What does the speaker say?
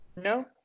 No